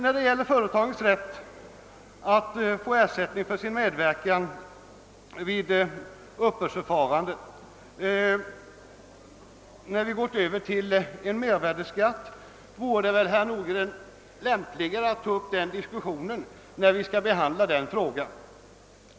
Frågan om företagens rätt att få ersättning för sin medverkan vid uppbördsförfarandet efter övergång till mervärdeskatt är det väl lämpligare att ta upp i samband med behandlingen av frågan om införande av mervärdeskatt, herr Nordgren.